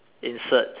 insert